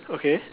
okay